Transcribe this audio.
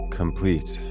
complete